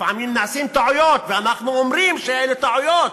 לפעמים נעשות טעויות ואנחנו אומרים שאלה טעויות,